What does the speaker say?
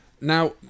Now